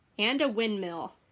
and a windmill.